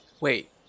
Wait